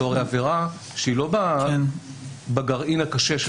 זאת עבירה שהיא לא בגרעין הקשה.